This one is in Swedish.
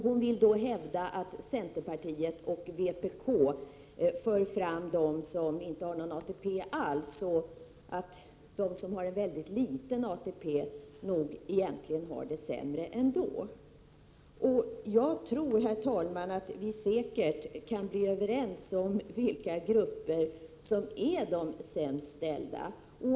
Hon vill då hävda att centerpartiet och vpk för fram dem som inte har någon ATP alls och att de som har en ytterst liten ATP nog egentligen har det sämre ändå. Vilka grupper som är de sämst ställda tror jag att vi kan bli överens om.